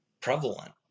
prevalent